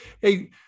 Hey